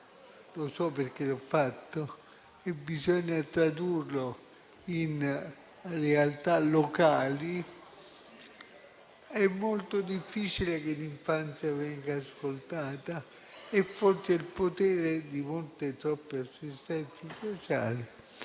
lo so perché l'ho fatto e bisogna tradurlo in realtà locali - è molto difficile che l'infanzia venga ascoltata. E lì, forse, il potere di molte, troppe assistenti sociali